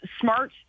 smart